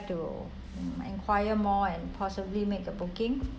and I would like to mm enquire more and possibly make a booking